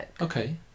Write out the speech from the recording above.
Okay